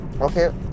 okay